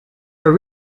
are